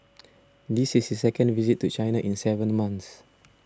this is his second visit to China in seven months